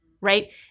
right